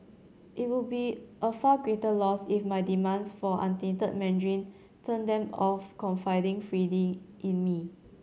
it would be a far greater loss if my demands for untainted Mandarin turned them off confiding freely in me